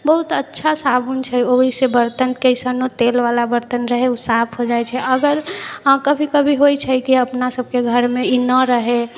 बहुत अच्छा साबुन छै ओहिसँ बरतन कइसनो तेलवला बरतन रहै ओ साफ हो जाइ छै अगर हँ कभी कभी होइ छै कि अपना सबके घरमे ई नहि रहै